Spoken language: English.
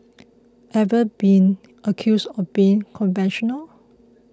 ever been accused of being conventional